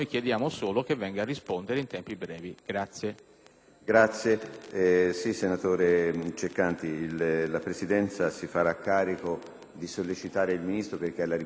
finestra"). Senatore Ceccanti, la Presidenza si farà carico di sollecitare il Ministro perché, alla ripresa dei lavori dopo la pausa delle festività natalizie,